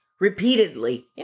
Repeatedly